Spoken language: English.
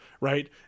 right